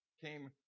came